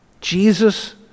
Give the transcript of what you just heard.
Jesus